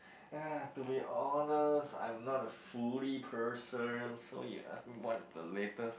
eh to be honest I'm not a foodie person so yes ask me what is the latest